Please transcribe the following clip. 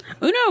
Uno